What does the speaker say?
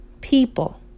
people